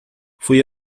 fui